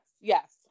yes